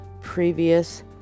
previous